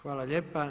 Hvala lijepa.